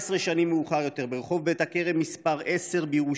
19 שנים מאוחר יותר, ברחוב בית הכרם 10 בירושלים,